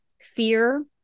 fear